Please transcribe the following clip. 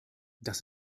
das